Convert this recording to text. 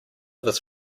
this